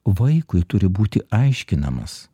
vaikui turi būti aiškinamas